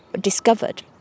discovered